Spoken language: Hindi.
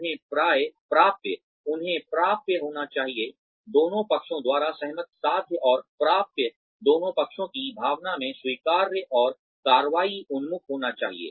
उन्हें प्राप्य होना चाहिए दोनों पक्षों द्वारा सहमत साध्य और प्राप्य दोनों पक्षों की भावना में स्वीकार्य और कारवाई उन्मुख होना चाहिए